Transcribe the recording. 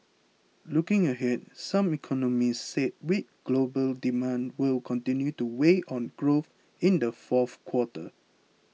looking ahead some economists said weak global demand will continue to weigh on growth in the fourth quarter